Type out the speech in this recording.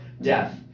death